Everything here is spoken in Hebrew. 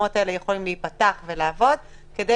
המקומות האלה יכולים להיפתח ולעבוד כדי